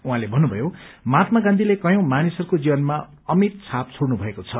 उहाँले भव्रुभयो महात्मा गाँधीले कयौं मानिसहरूको जीवनमा अमिट छाप छोड़नु भएको छ